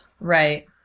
Right